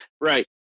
right